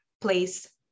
place